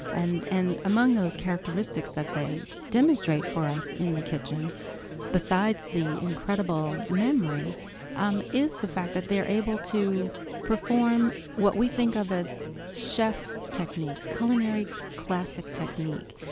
and and among those characteristics that they demonstrate for us in the kitchen besides the incredible memory um is the fact that they're able to perform what we think of as chef techniques, culinary classic technique.